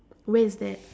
where's that